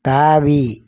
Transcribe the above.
தாவி